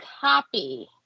copy